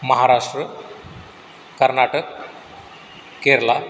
Maharashtra Karnataka Kerala